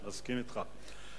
מסכים אתך.